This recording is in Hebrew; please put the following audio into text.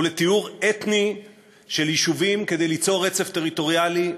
ולטיהור אתני של יישובים כדי ליצור רצף טריטוריאלי,